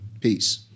Peace